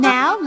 Now